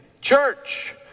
Church